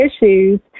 issues